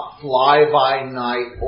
fly-by-night